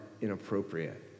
inappropriate